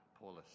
Paulus